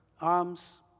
arms